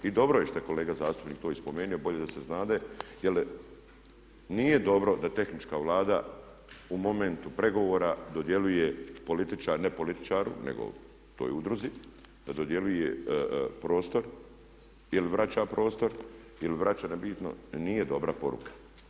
I dobro je što je kolega zastupnik to spomenuo, bolje da se znade jer nije dobro da tehnička Vlada u momentu pregovora dodjeljuje političaru, ne političaru nego toj udruzi, da dodjeljuje prostor ili vraća prostor nebitno, to nije dobra poruka.